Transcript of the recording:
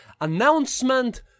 Announcement